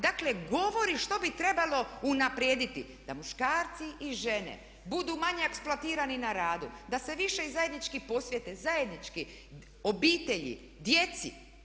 Dakle govori što bi trebalo unaprijediti da muškarci i žene budu manje eksploatirani na radu, da se više i zajednički posvete, zajednički obitelji, djeci.